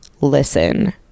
listen